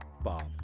Bob